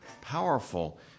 powerful